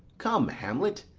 come, hamlet,